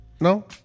No